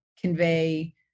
convey